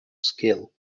skill